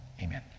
Amen